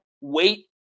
wait